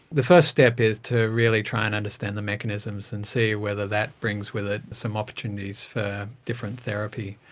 the first step is to really try and understand the mechanisms and see whether that brings with it some opportunities for different therapy.